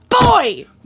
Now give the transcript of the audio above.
boy